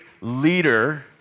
leader